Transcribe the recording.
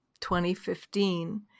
2015